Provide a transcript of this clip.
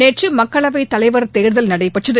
நேற்று மக்களவைத் தலைவர் தேர்தல் நடைபெற்றது